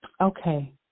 Okay